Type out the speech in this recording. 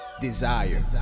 desire